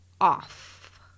off